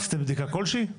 עשיתם בדיקה כלשהי?